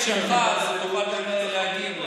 יבגני סובה (ישראל ביתנו): אוכל גם להגיב לדברים.